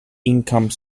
income